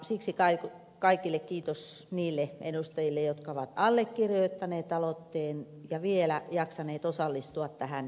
siksi kiitos kaikille niille edustajille jotka ovat allekirjoittaneet aloitteen ja vielä jaksaneet osallistua tähän keskusteluun